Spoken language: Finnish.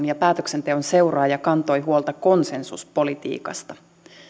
ja päätöksenteon seuraaja kantoi huolta konsensuspolitiikasta